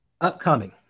upcoming